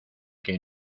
que